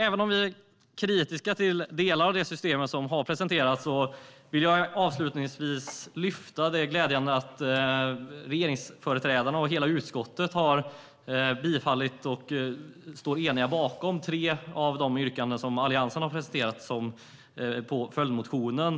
Även om vi är kritiska till delar av det system som har presenterats vill jag avslutningsvis lyfta fram att det är glädjande att regeringsföreträdarna och hela utskottet har tillstyrkt och står enade bakom tre av de yrkanden som Alliansen har presenterat i följdmotioner.